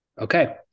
Okay